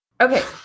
Okay